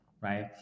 right